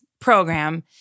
program